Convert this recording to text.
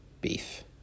beef